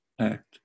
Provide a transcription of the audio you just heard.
act